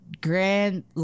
grand